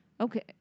Okay